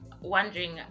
wondering